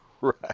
Right